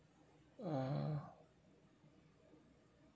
uh